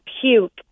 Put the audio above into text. puke